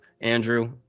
andrew